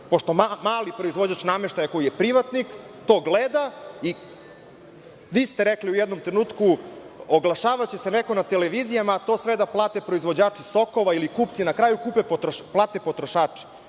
mali proizvođač nameštaja, koji je privatnik, to gleda i vi ste rekli u jednom trenutku – oglašavaće se neko na televizijama, a to sve da plate proizvođači sokova ili kupci, na kraju plate